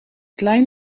klein